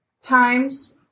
times